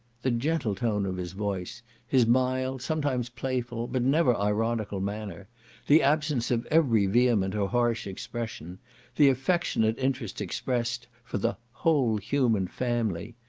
the gentle tone of his voice his mild, sometimes playful, but never ironical manner the absence of every vehement or harsh expression the affectionate interest expressed for the whole human family,